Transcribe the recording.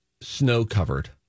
snow-covered